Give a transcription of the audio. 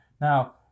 Now